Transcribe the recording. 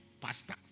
Pastor